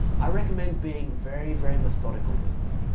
i recommend being very very methodical with them.